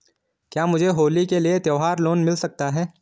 क्या मुझे होली के लिए त्यौहार लोंन मिल सकता है?